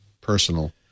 personal